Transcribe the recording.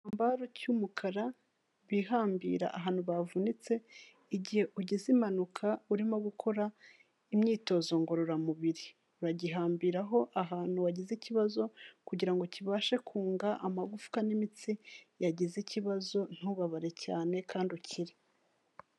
Igitambaro cy'umukara bihambira ahantu bavunitse igihe ugize impanuka urimo gukora imyitozo ngororamubiri, uragihambiraho ahantu wagize ikibazo kugirango kibashe kunga amagufwa n'imitsi yagize ikibazo ntubabare cyane kandi ukire.